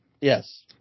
Yes